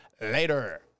later